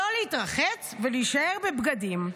לא להתרחץ, ולהישאר בבגדים.